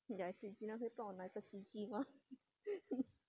ya I said gina 帮我拿个鸡鸡吗